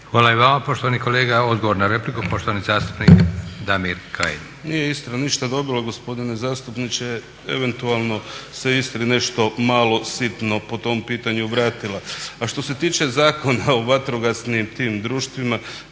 Hvala i vama poštovani kolega. Odgovor na repliku poštovani zastupnik Damir Kajin. **Kajin, Damir (ID - DI)** Nije Istra ništa dobila gospodine zastupniče eventualno se Istri nešto malo sitno po tom pitanju vratila. A što se tiče Zakona o vatrogasnim društvima